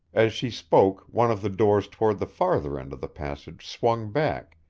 as she spoke, one of the doors toward the farther end of the passage swung back,